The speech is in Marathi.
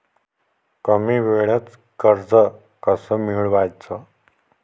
कमी वेळचं कर्ज कस मिळवाचं?